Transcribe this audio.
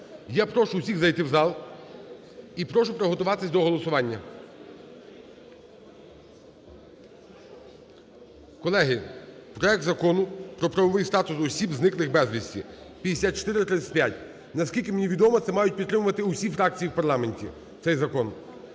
Я прошу всіх зайти в зал і прошу приготуватись до голосування. Колеги, проект Закону про правовий статус осіб, зниклих безвісти (5435). Наскільки мені відомо, це мають підтримувати усі фракції в парламенті, цей закон.